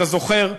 אתה זוכר?